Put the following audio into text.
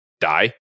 die